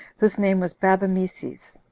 whose name was babemeses.